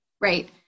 right